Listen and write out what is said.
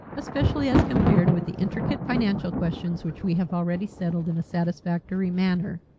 especially as compared with the intricate financial questions which we have already settled in a satisfactory manner.